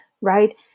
right